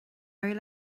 éirigh